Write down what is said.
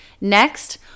Next